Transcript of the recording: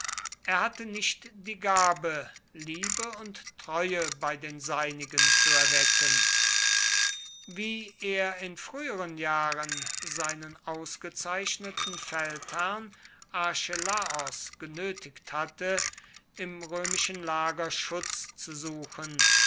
er hatte nicht die gabe liebe und treue bei den seinigen zu erwecken wie er in früheren jahren seinen ausgezeichneten feldherrn archelaos genötigt hatte im römischen lager schutz zu suchen